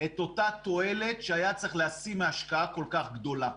את אותה תועלת שאפשר היה להשיא מהשקעה כל כך גדולה.